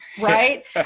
Right